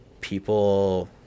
people